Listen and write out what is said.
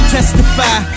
Testify